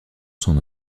son